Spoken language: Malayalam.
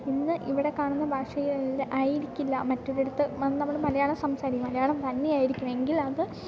ഇന്ന് ഇവിടെ കാണുന്ന ഭാഷയിൽ ആയിരിക്കില്ല മറ്റൊരിടത്ത് നമ്മൾ മലയാളം സംസാരിക്കും മലയാളം തന്നെയായിരിക്കും എങ്കിൽ അത്